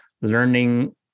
learning